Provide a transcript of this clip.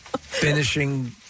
finishing